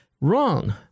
Wrong